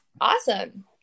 Awesome